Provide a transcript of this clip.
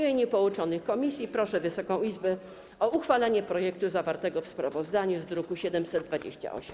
W imieniu połączonych komisji proszę Wysoką Izbę o uchwalenie projektu zawartego w sprawozdaniu z druku nr 728.